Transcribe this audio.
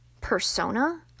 persona